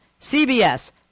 CBS